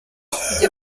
kujya